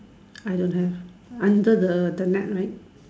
I don't have under the net right